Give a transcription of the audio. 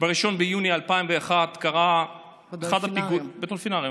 ב-1 ביוני 2001 קרה אחד הפיגועים, בדולפינריום.